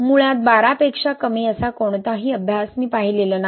मुळात 12 पेक्षा कमी असा कोणताही अभ्यास मी पाहिलेला नाही